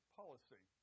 policy